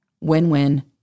win-win